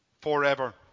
forever